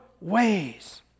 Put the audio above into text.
ways